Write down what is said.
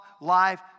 life